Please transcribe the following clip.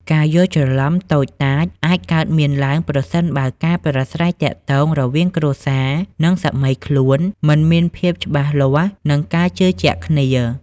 ការយល់ច្រឡំតូចតាចអាចកើតមានឡើងប្រសិនបើការប្រាស្រ័យទាក់ទងរវាងគ្រួសារ និងសាមីខ្លួនមិនមានភាពច្បាស់លាស់ និងការជឿជាក់គ្នា។